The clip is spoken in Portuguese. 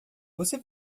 você